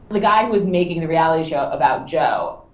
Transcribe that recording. the guy was making the reality show about joe.